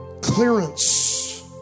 clearance